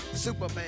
Superman